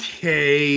Okay